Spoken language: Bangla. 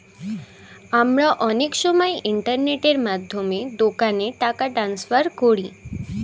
আমরা অনেক সময় ইন্টারনেটের মাধ্যমে দোকানে টাকা ট্রান্সফার করি